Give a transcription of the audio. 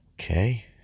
okay